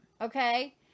Okay